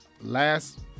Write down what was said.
last